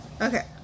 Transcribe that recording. Okay